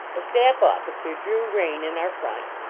a staff officer drew rein in our front,